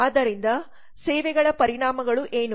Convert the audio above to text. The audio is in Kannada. ಆದ್ದರಿಂದ ಸೇವೆಗಳ ಪರಿಣಾಮಗಳು ಏನು